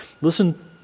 Listen